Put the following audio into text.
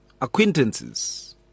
acquaintances